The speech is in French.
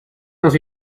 dans